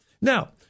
Now